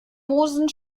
moosen